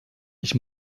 ich